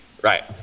Right